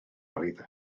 oeddem